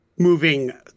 moving